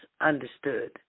understood